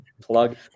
plug